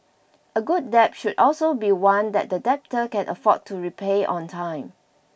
a good debt should also be one that the debtor can afford to repay on time